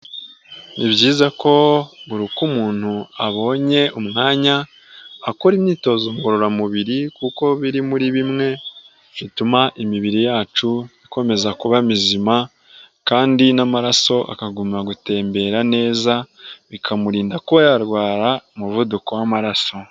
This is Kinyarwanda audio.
Ni byiza ko buriko umuntu abonye umwanya akora imyitozo ngororamubiri kuko biri muri bimwe bituma imibiri yacu ikomeza kuba mizima kandi n'amaraso akaguma gutembera neza, bikamurinda kuba yarwara umuvuduko w'amaraso.